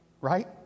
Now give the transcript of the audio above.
Right